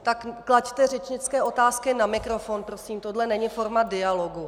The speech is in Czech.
Tak klaďte řečnické otázky na mikrofon, prosím, tohle není forma dialogu.